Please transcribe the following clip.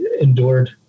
endured